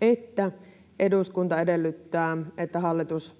että eduskunta edellyttää, että hallitus